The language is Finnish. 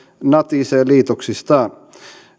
natisee liitoksistaan